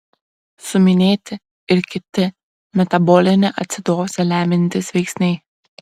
suminėti ir kiti metabolinę acidozę lemiantys veiksniai